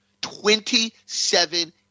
Twenty-seven